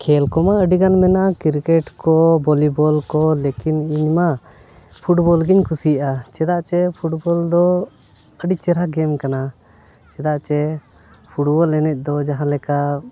ᱠᱷᱮᱞ ᱠᱚᱢᱟ ᱟᱹᱰᱤ ᱜᱟᱱ ᱢᱮᱱᱟᱜᱼᱟ ᱠᱤᱨᱠᱮᱴ ᱠᱚ ᱵᱷᱚᱞᱤᱵᱚᱞ ᱠᱚ ᱞᱮᱠᱤᱱ ᱤᱧ ᱢᱟ ᱯᱷᱩᱴᱵᱚᱞ ᱜᱤᱧ ᱠᱩᱥᱤᱭᱟᱜᱼᱟ ᱪᱮᱫᱟᱜ ᱪᱮ ᱯᱷᱩᱴᱵᱚᱞ ᱫᱚ ᱟᱹᱰᱤ ᱪᱮᱨᱦᱟ ᱜᱮᱢ ᱠᱟᱱᱟ ᱪᱮᱫᱟᱜ ᱪᱮ ᱯᱷᱩᱴᱵᱚᱞ ᱮᱱᱮᱡ ᱫᱚ ᱡᱟᱦᱟᱸ ᱞᱮᱠᱟ